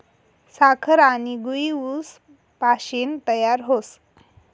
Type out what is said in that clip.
साखर आनी गूय ऊस पाशीन तयार व्हस